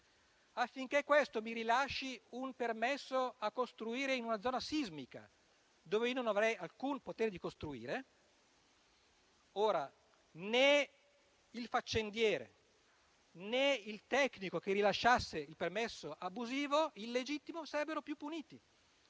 affinché questo mi rilasci un permesso di costruire in una zona sismica, dove io non avrei alcun potere di costruire, ora né il faccendiere né il tecnico, che rilasciasse il permesso abusivo illegittimo, sarebbero più puniti.